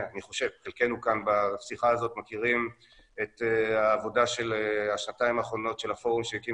חלקנו בשיחה הזאת מכירים את העבודה של השנתיים האחרונות של הפורום שהקים